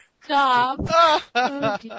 stop